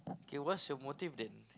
K what's your motive then